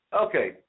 Okay